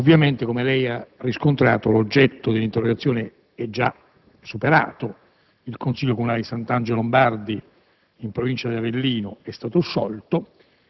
e per gli spunti di riflessione che ci offre. Ovviamente, come lei ha riscontrato, l'oggetto dell'interrogazione è già superato. Il Consiglio comunale di Sant'Angelo dei Lombardi